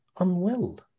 unwell